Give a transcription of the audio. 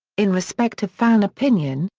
in respect of fan opinion,